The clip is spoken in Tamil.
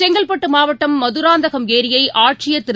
செங்கற்பட்டு மாவட்டம் மதுராந்தகம் ஏரியை ஆட்சியர் திரு